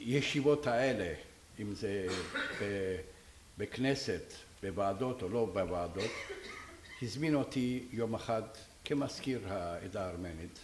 ישיבות האלה, אם זה בכנסת, בוועדות או לא בוועדות, הזמין אותי יום אחד כמזכיר העדה הרומנית,